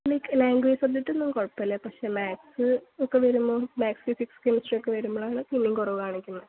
like language subject ഒന്നും കുഴപ്പമില്ല പക്ഷേ മാത്സ് ഒക്കെ വരുമ്പം മാത്സ് ഫിസിക്സ് കെമിസ്ട്രി ഒക്കെ വരുമ്പോഴാണ് പിന്നെയും കുറവ് കാണിക്കുന്നത്